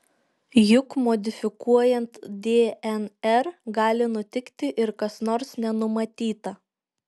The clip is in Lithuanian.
juk modifikuojant dnr gali nutikti ir kas nors nenumatyta